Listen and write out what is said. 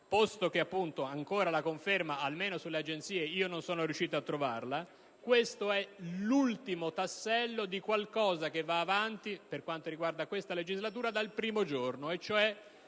Posto che la conferma, almeno sulle agenzie, non sono ancora riuscito a trovarla, questo è l'ultimo tassello di qualcosa che va avanti, per quanto riguarda questa legislatura, dal primo giorno: